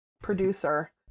producer